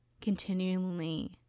continually